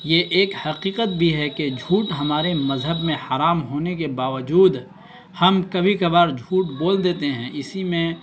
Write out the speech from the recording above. یہ ایک حقیقت بھی ہے کہ جھوٹ ہمارے مذہب میں حرام ہونے کے باوجود ہم کبھی کبار جھوٹ بول دیتے ہیں اسی میں